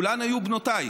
כולן היו בנותיי,